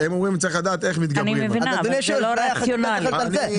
אני מבינה, אבל זה לא רציונלי בכלל.